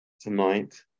tonight